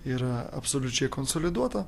yra absoliučiai konsoliduota